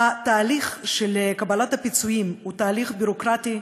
התהליך של קבלת הפיצויים הוא תהליך ביורוקרטי,